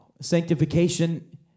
sanctification